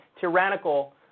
tyrannical